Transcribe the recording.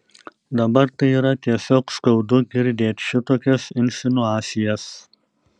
dabar tai yra tiesiog skaudu girdėt šitokias insinuacijas